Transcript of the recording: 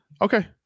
Okay